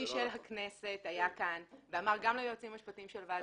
היועץ המשפטי של הכנסת היה כאן ואמר גם ליועצים המשפטיים של הוועדה